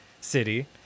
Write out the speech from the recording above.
city